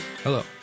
Hello